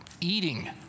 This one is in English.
eating